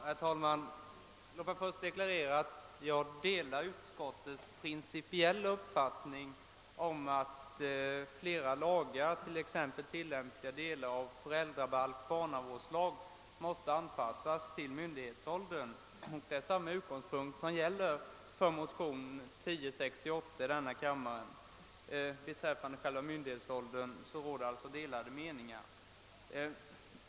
Herr talman! Låt mig först deklarera att jag delar utskottets principiella uppfattning att flera lagar, till exempel tilllämpliga delar av föräldrabalken och barnavårdslagen, måste anpassas till myndighetsåldern. Samma utgångspunkt gäller för motion II: 1068. Beträffande den s.k. myndighetsåldern råder det alltså delade meningar.